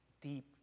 deep